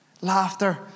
Laughter